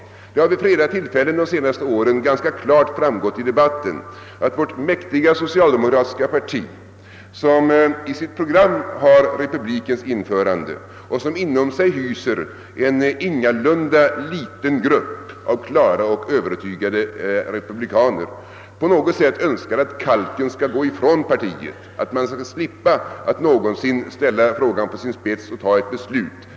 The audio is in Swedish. Under de senaste åren har det vid flera tillfällen ganska klart framgått av debatten att vårt mäktiga socialdemokratiska parti, som i sitt program har införande av republik och som inom sig hyser en ingalunda liten grupp av övertygade republikaner, på något sätt önskar att kalken skall gå ifrån partiet och att man skall slippa att ställa frågan på sin spets och ta ett beslut.